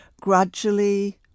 gradually